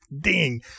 ding